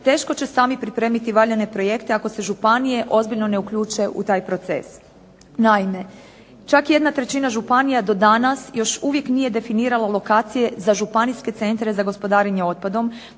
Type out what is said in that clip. teško će sami pripremiti valjane projekte ako se županije ozbiljno ne uključe u taj proces. Naime, čak jedna trećina županija do danas još uvijek nije definiralo lokacije za županijske centre za gospodarenje otpadom,